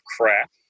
crap